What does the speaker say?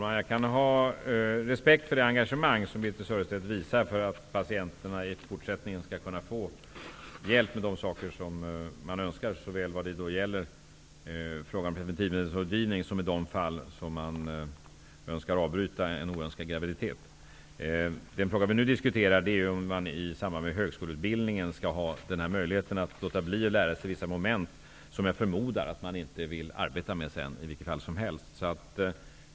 Herr talman! Jag har respekt för det engagemang som Birthe Sörestedt visar för att patienterna i fortsättningen skall kunna få hjälp med de saker man önskar såväl när det gäller preventivmedelsrådgivning som i de fall när man önskar avbryta en oönskad graviditet. Den fråga vi nu diskuterar är om man i samband med högskoleutbildningen skall ha möjlighet att låta bli att lära sig vissa moment som jag förmodar att man inte vill arbeta med sedan i vilket fall som helst.